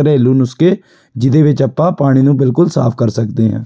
ਘਰੇਲੂ ਨੁਸਖੇ ਜਿਹਦੇ ਵਿੱਚ ਆਪਾਂ ਪਾਣੀ ਨੂੰ ਬਿਲਕੁਲ ਸਾਫ਼ ਕਰ ਸਕਦੇ ਹਾਂ